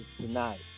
tonight